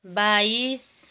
बाइस